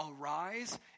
arise